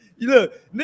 Look